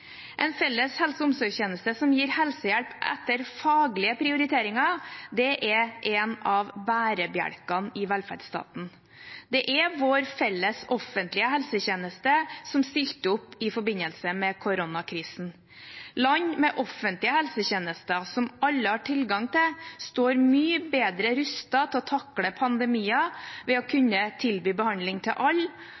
En felles helse- og omsorgstjeneste som gir helsehjelp etter faglige prioriteringer, er en av bærebjelkene i velferdsstaten. Det er vår felles offentlige helsetjeneste som stilte opp i forbindelse med koronakrisen. Land med offentlige helsetjenester som alle har tilgang til, står mye bedre rustet til å takle pandemier ved å